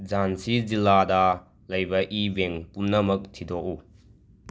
ꯖꯥꯟꯁꯤ ꯖꯤꯂꯥꯗ ꯂꯩꯕ ꯏ ꯕꯦꯡ ꯄꯨꯝꯅꯃꯛ ꯊꯤꯗꯣꯛꯎ